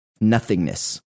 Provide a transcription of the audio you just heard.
nothingness